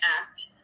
act